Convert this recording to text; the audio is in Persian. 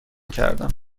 کردم